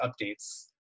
updates